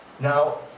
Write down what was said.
Now